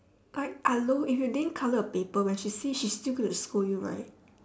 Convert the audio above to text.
like hello if you didn't like colour the paper when she see she's still gonna scold you right